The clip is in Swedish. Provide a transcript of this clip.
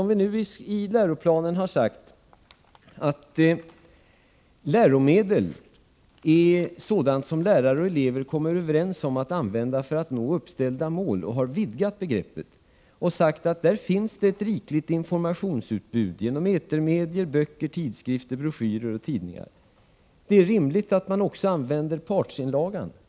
Vi har nu i läroplanen vidgat begreppet läromedel och sagt att läromedel är sådant lärare och elever kommer överens om att använda för att nå uppställda mål och där finns ett rikligt informationsutbud — genom etermedier, böcker, tidskrifter, broschyrer och tidningar. Det är rimligt att man använder också partsinlagan.